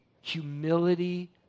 Humility